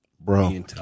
Bro